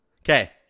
Okay